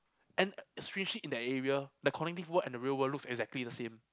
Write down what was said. and strangely in that area that cognitive world and the real world looks exactly the same